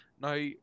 Now